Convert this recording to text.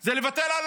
זה לוותר על